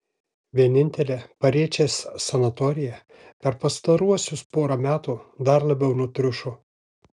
vienintelė pariečės sanatorija per pastaruosius porą metų dar labiau nutriušo